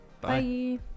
Bye